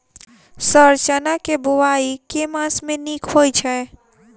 Sir चना केँ बोवाई केँ मास मे नीक होइ छैय?